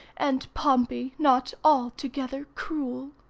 and pompey not altogether cruel.